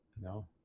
No